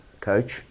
coach